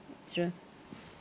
true